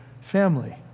family